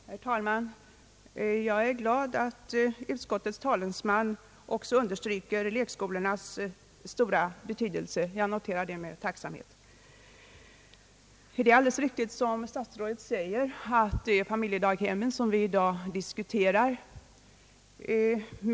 Herr talman! Jag noterar med tacksamhet att utskottets talesman också ville understryka lekskolornas stora betydelse. Det är alldeles riktigt, som statsrådet säger, att det är familjedaghemmen som vi i dag diskuterar.